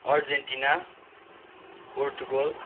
Argentina Portugal